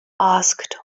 asked